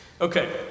Okay